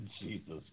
Jesus